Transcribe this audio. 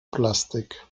plastik